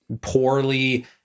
poorly